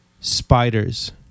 spiders